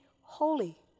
holy